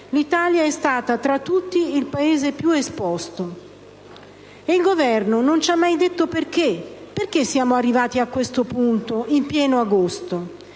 l'Italia è stata, tra tutti, il Paese più esposto e il Governo non ci ha mai detto perché. Perché siamo arrivati a questo punto in pieno agosto?